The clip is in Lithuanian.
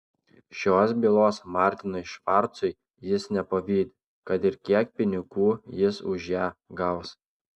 šios bylos martinui švarcui jis nepavydi kad ir kiek pinigų jis už ją gaus